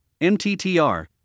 MTTR